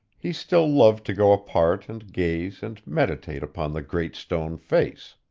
he still loved to go apart and gaze and meditate upon the great stone face.